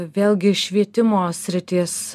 vėlgi švietimo sritis